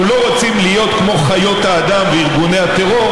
אנחנו לא רוצים להיות כמו חיות האדם וארגוני הטרור,